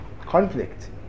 conflict